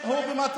מי מנע